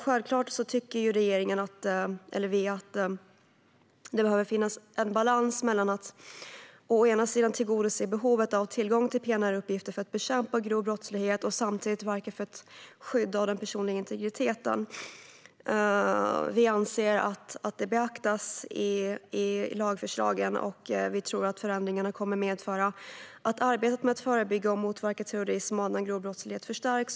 Självklart tycker vi att det behöver finnas en balans mellan att å ena sidan tillgodose behovet av tillgång till PNR-uppgifter för att bekämpa grov brottslighet, å andra sidan verka för skydd av den personliga integriteten. Vi anser att det beaktas i lagförslaget, och vi tror att förändringarna kommer att medföra att arbetet med att förebygga och motverka terrorism och annan grov brottslighet förstärks.